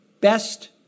best